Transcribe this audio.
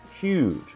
huge